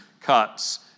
cuts